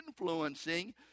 influencing